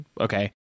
Okay